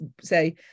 say